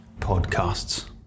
podcasts